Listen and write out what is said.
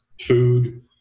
food